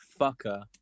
fucker